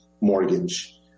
mortgage